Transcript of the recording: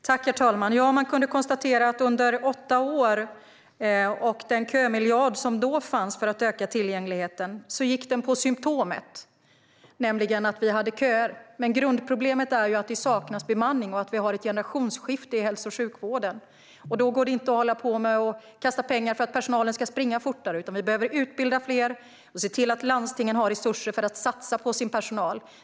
Herr talman! Man kunde konstatera att den kömiljard som fanns för att öka tillgängligheten riktade sig mot symtomet, nämligen att vi hade köer. Men grundproblemet är att det saknas bemanning och att vi har ett generationsskifte i hälso och sjukvården. Då går det inte att kasta pengar för att personalen ska springa fortare, utan vi behöver utbilda fler och se till att landstingen har resurser för att satsa på sin personal.